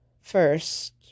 first